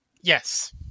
Yes